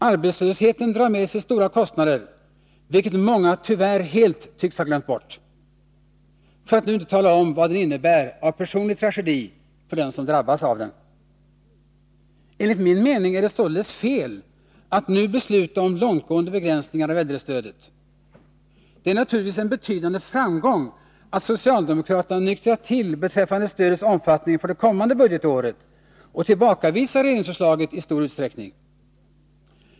Arbetslösheten drar med sig stora kostnader, vilket många tyvärr helt tycks ha glömt bort; för att nu inte tala om vad den innebär av personlig tragedi för den som drabbas av den. Enligt min mening är det således fel att nu besluta om långtgående begränsningar av äldrestödet. Det är naturligtvis en betydande framgång att socialdemokraterna nyktrat till beträffande stödets omfattning för det kommande budgetåret och tillbakavisar regeringsförslaget i stor utsträckning.